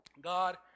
God